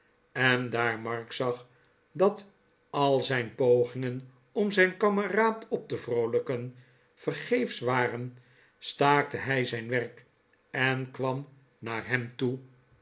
en daar mark zag dat al zijn pogingen om zijn kameraad op te vroolijken vergeefsch waren staakte hij zijn werk en kwam naar hem toe